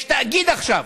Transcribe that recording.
יש תאגיד עכשיו,